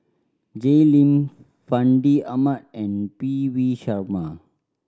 Jay Lim Fandi Ahmad and P V Sharma